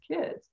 kids